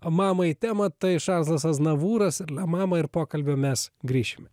mamai temą tai šarlzas aznavūras ir la mama ir pokalbio mes grįšime